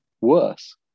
worse